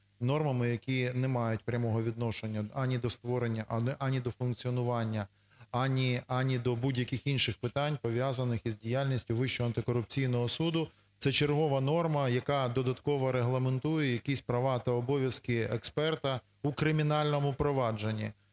нормами, які не мають прямого відношення ані до функціонування, ані до будь-яких інших питань, пов'язаних із діяльністю Вищого антикорупційного суду. Це чергова норма, яка додатково регламентує якісь права та обов'язки експерта у кримінальному провадженні.